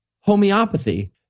homeopathy